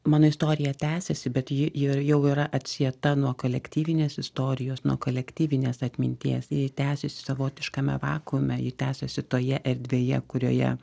mano istorija tęsiasi bet ji j jau yra atsieta nuo kolektyvinės istorijos nuo kolektyvinės atminties ji tęsiasi savotiškame vakuume ji tęsiasi toje erdvėje kurioje